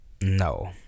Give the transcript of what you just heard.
No